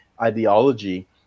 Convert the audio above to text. ideology